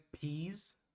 peas